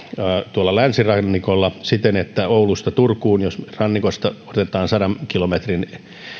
tuolla länsirannikolla siten että oulusta turkuun jos rannikosta otetaan sadan kilometrin